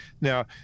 Now